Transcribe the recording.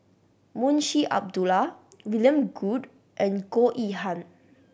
Munshi Abdullah William Goode and Goh Yihan